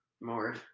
more